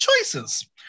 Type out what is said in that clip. choices